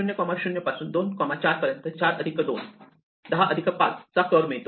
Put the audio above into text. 00 पासून 24 पर्यंत 4 अधिक 2 10 अधिक 15 चा कर्व मिळतो